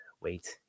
wait